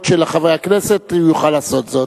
של חברי הכנסת הוא יוכל לעשות זאת.